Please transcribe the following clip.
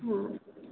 हां